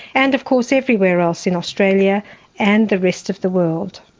and of course everywhere else in australia and the rest of the world.